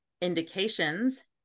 indications